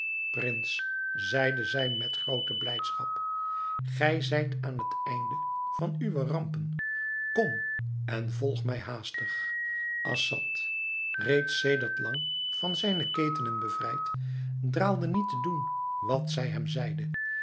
prins zeide zij met groote blijdschap gij zijt aan het einde van uwe rampen kom en volg mij haastig assad reeds sedert lang van zijne ketenen bevrijd draalde niet te doen wat zij hem zeide